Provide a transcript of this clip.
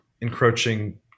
encroaching